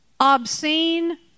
obscene